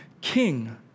king